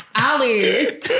Ali